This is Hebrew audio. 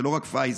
זה לא רק פייזר,